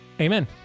Amen